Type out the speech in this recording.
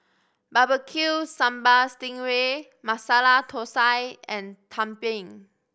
Barbecue Sambal sting ray Masala Thosai and tumpeng